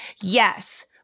yes